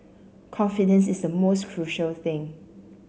confidence is the most crucial thing